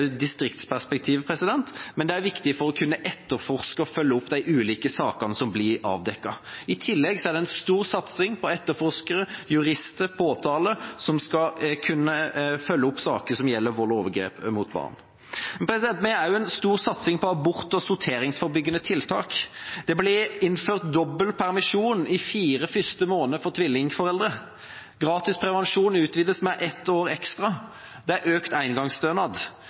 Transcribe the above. distriktsperspektiv, men også viktig for å kunne etterforske og følge opp de ulike sakene som blir avdekket. I tillegg er det en stor satsing på etterforskere, jurister og påtale, som skal kunne følge opp saker som gjelder vold og overgrep mot barn. Vi har også en stor satsing på abort – og sorteringsforebyggende tiltak. Det er innført dobbel permisjon de fire første månedene for tvillingforeldre. Gratis prevensjon utvides med ett år ekstra. Det er økt